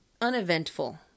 uneventful